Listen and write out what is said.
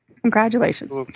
Congratulations